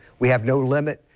we have no limit.